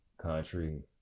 country